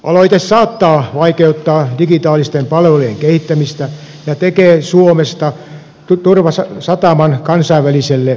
aloite saattaa vaikeuttaa digitaalisten palvelujen kehittämistä ja tekee suomesta turvasataman kansainväliselle verkkopiratismille